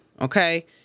okay